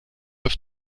œufs